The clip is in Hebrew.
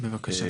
בבקשה.